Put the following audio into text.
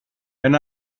and